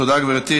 תודה, גברתי.